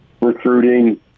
recruiting